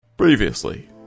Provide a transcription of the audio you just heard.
Previously